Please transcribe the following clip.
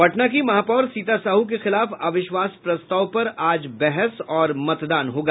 पटना की महापौर सीता साहू के खिलाफ अविश्वास प्रस्ताव पर आज बहस और मतदान होगा